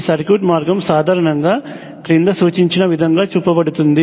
ఈ సర్క్యూట్ మార్గం సాధారణంగా క్రింద సూచించిన విధంగా చూపబడుతుంది